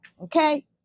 okay